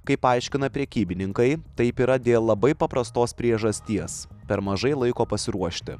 kaip aiškina prekybininkai taip yra dėl labai paprastos priežasties per mažai laiko pasiruošti